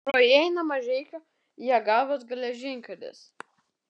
pro jį eina mažeikių jelgavos geležinkelis